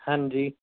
ਹਾਂਜੀ